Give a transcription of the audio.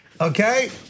Okay